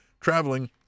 traveling